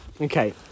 Okay